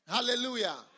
Hallelujah